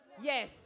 Yes